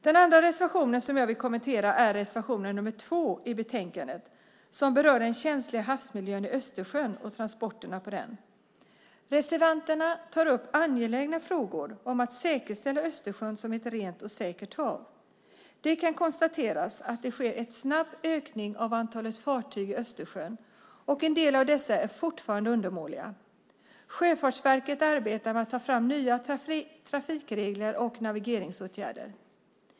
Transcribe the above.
Den andra reservation som jag vill kommentera är reservation 2 i betänkandet. Den berör den känsliga havsmiljön i Östersjön och transporterna på den. Reservanterna tar upp angelägna frågor om att säkerställa Östersjön som ett rent och säkert hav. Det kan konstateras att det sker en snabb ökning av antalet fartyg i Östersjön och att en del av dessa fortfarande är undermåliga. Sjöfartsverket arbetar med att ta fram nya trafikregler och navigeringsåtgärder.